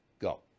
Go